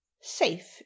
safe